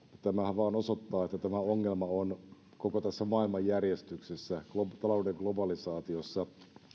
tämähän vain osoittaa sen että tämä ongelma on koko tässä maailmanjärjestyksessä talouden globalisaatiossa